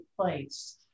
place